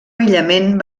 aïllament